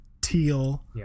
teal